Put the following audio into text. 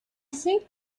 think